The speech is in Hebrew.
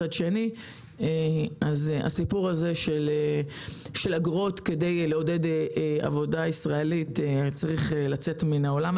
אז הסיפור הזה של אגרות כדי לעודד עבודה ישראלית צריך להיגמר,